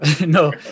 No